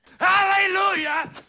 Hallelujah